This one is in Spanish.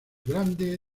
grande